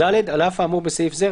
(ד)על אף האמור בסעיף זה,